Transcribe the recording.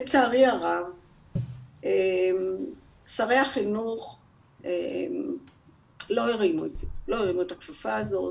לצערי הרב שרי החינוך לא הרימו את הכפפה הזאת,